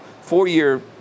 Four-year